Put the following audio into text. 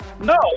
No